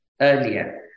earlier